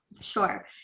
Sure